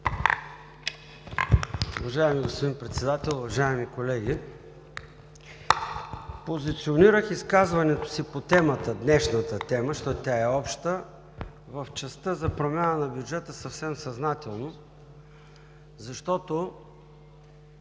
Уважаеми господин Председател, уважаеми колеги! Позиционирах изказването си по днешната тема, защото тя е обща, в частта за промяна на бюджета съвсем съзнателно, защото